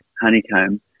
honeycomb